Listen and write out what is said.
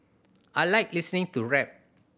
I like listening to rap